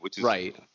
Right